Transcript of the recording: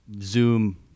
Zoom